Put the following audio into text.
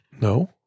no